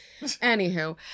Anywho